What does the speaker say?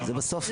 זה בסוף,